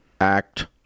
Act